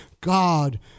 God